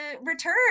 return